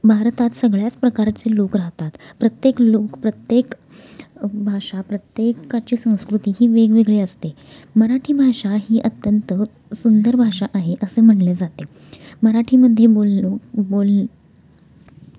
भारतात सगळ्याच प्रकारचे लोक राहतात प्रत्येक लोक प्रत्येक भाषा प्रत्येकाची संस्कृती ही वेगवेगळी असते मराठी भाषा ही अत्यंत सुंदर भाषा आहे असे म्हटले जाते मराठीमध्ये बोललो बोल